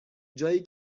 جایی